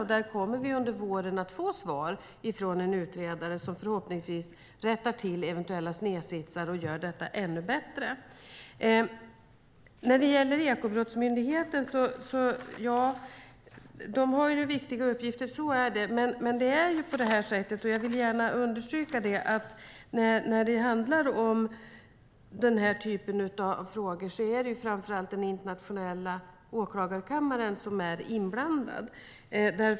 Under våren kommer vi att få svar från en utredare som förhoppningsvis rättar till eventuella snedsitsar och gör detta ännu bättre. Ekobrottsmyndigheten har viktiga uppgifter. Men jag vill gärna understryka att när det handlar om den här typen av frågor är det framför allt den internationella åklagarkammaren som är inblandad.